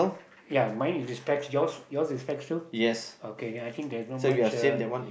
ya mine is with specs yours yours is specs too okay then I think there's not much uh